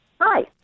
hi